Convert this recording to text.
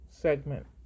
Segment